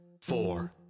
Four